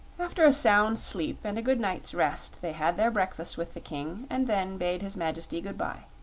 after a sound sleep and a good night's rest they had their breakfast with the king and then bade his majesty good-bye.